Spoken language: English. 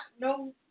No